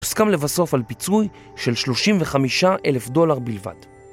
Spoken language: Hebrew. הוסכם לבסוף על פיצוי של 35 אלף דולר בלבד.